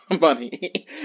money